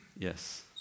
Yes